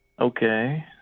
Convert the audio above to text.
Okay